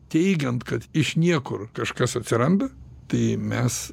teigiant kad iš niekur kažkas atsiranda tai mes